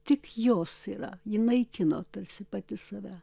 tik jos yra ji naikino tarsi pati save